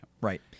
right